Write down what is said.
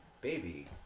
baby